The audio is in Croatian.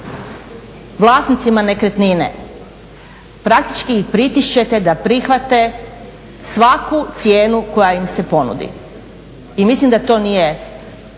vlasnicima nekretnine praktički ih pritišćete da prihvate svaku cijenu koja im se ponudi. I mislim da to nije